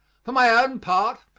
for my own part,